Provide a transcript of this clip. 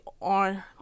on